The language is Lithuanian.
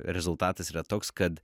rezultatas yra toks kad